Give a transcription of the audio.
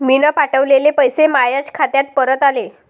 मीन पावठवलेले पैसे मायाच खात्यात परत आले